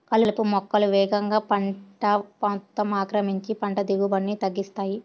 కలుపు మొక్కలు వేగంగా పంట మొత్తం ఆక్రమించి పంట దిగుబడిని తగ్గిస్తాయి